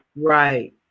Right